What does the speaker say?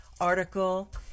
article